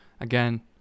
Again